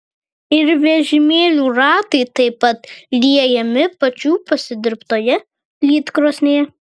ir vežimėlių ratai taip pat liejami pačių pasidirbtoje lydkrosnėje